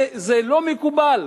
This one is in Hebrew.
זה לא מקובל.